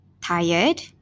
Tired